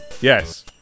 Yes